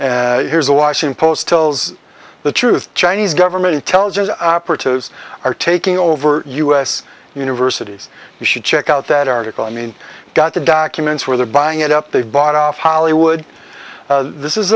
them here's a washington post tells the truth chinese government intelligence operatives are taking over u s universities you should check out that article i mean got the documents where they're buying it up they've bought off hollywood this is